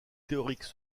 théoriques